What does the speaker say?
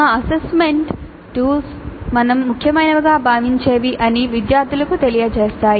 మా assessment tools మేము ముఖ్యమైనవిగా భావించేవి అని విద్యార్థులకు తెలియజేస్తాయి